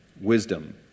wisdom